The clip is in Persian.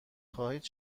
خواهید